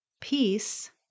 peace